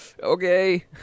okay